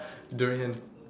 durian